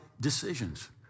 decisions